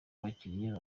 abakiliya